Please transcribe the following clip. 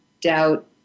Doubt